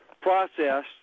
process